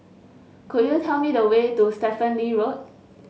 could you tell me the way to Stephen Lee Road